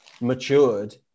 matured